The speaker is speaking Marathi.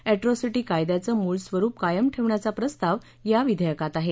एट्रॉसिटी कायद्याचं मूळ स्वरूप कायम ठेवण्याचा प्रस्ताव या विधेयकात आहे